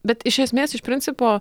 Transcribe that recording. bet iš esmės iš principo